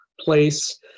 place